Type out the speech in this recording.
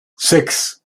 six